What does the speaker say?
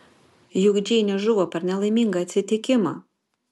juk džeinė žuvo per nelaimingą atsitikimą